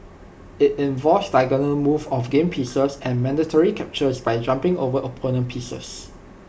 IT involves diagonal moves of game pieces and mandatory captures by jumping over opponent pieces